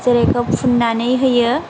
जेरै बेखौ फुननानै होयो